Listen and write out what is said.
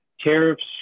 tariffs